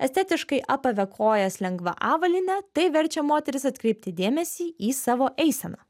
estetiškai apavė kojas lengva avalyne tai verčia moteris atkreipti dėmesį į savo eiseną